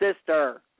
sister